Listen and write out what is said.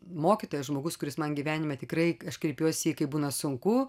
mokytojas žmogus kuris man gyvenime tikrai aš kreipiuosi į jį kai būna sunku